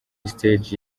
stage